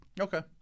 Okay